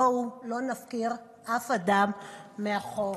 בואו לא נפקיר אף אדם מאחור.